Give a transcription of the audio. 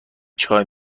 چای